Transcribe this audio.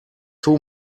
two